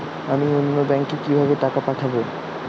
আমি অন্য ব্যাংকে কিভাবে টাকা পাঠাব?